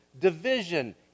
division